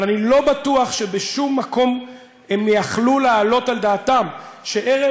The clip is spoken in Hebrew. אבל אני לא בטוח שבשום מקום הם יכלו להעלות על דעתם שערב